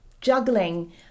juggling